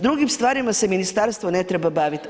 Drugim stvarima se ministarstvo ne treba baviti.